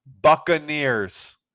Buccaneers